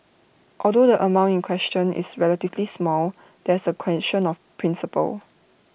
although the amount in question is relatively small there's the question of principle